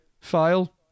file